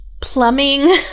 plumbing